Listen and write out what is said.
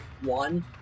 One